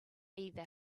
either